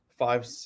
five